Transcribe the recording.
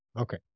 okay